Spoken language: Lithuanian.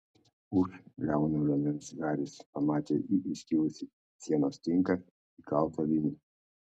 už liauno liemens haris pamatė į įskilusį sienos tinką įkaltą vinį